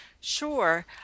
Sure